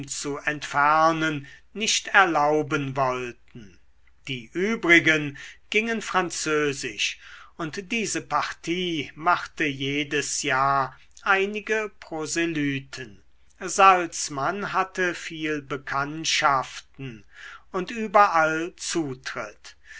zu entfernen nicht erlauben wollten die übrigen gingen französisch und diese partie machte jedes jahr einige proselyten salzmann hatte viel bekanntschaften und überall zutritt